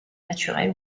naturel